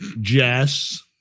Jess